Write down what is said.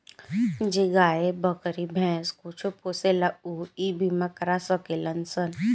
जे गाय, बकरी, भैंस कुछो पोसेला ऊ इ बीमा करा सकेलन सन